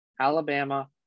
Alabama